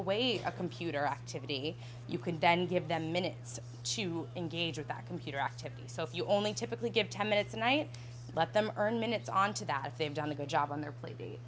away the computer activity you can then give them minutes to engage with that computer activity so if you only typically get ten minutes a night let them earn minutes onto that if they've done a good job on their pla